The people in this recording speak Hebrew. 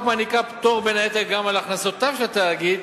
מעניקה פטור בין היתר גם על הכנסותיו של תאגיד,